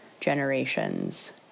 generations